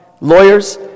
lawyers